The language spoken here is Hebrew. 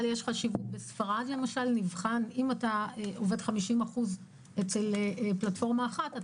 בספרד למשל המבחן הוא שאם אתה עובד 50% בפלטפורמה אחת,